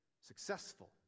successful